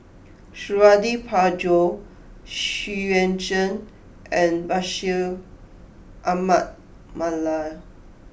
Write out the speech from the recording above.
Suradi Parjo Xu Yuan Zhen and Bashir Ahmad Mallal